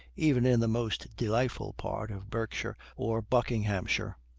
even in the most delightful part of berkshire or buckinghamshire,